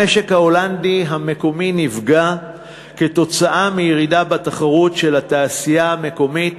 המשק ההולנדי המקומי נפגע כתוצאה מירידה בתחרות של התעשייה המקומית,